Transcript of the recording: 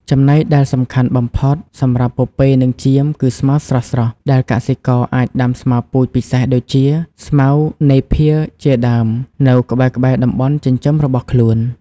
ចំណីដែលសំខាន់បំផុតសម្រាប់ពពែនិងចៀមគឺស្មៅស្រស់ៗ ដែលកសិករអាចដាំស្មៅពូជពិសេសដូចជា ស្មៅណេភៀរជាដើម នៅក្បែរៗតំបន់ចិញ្ចឹមរបស់ខ្លួន។